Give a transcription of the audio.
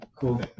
Cool